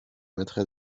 mettrai